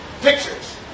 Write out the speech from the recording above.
Pictures